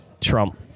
Trump